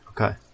Okay